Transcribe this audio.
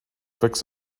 fix